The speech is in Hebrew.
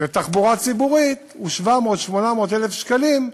לתחבורה ציבורית, הוא 800,000-700,000 שקלים,